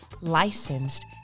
licensed